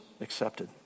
accepted